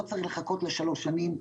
לא צריך לחכות לשלוש שנים.